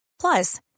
Plus